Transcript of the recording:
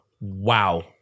Wow